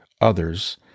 others